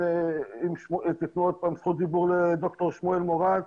אם תתנו עוד פעם זכות דיבור לד"ר שמואל מורג,